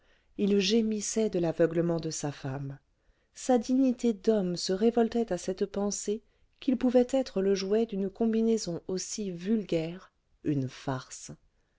il gémissait de l'aveuglement de sa femme sa dignité d'homme se révoltait à cette pensée qu'il pouvait être le jouet d'une combinaison aussi vulgaire une farce